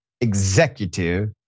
executive